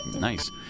Nice